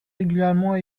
régulièrement